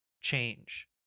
change